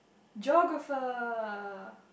geographer